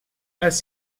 els